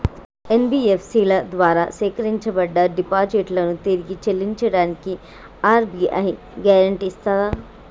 NBFC ల ద్వారా సేకరించబడ్డ డిపాజిట్లను తిరిగి చెల్లించడానికి ఆర్.బి.ఐ గ్యారెంటీ ఇస్తదా?